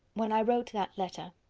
when i wrote that letter,